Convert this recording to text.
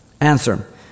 answer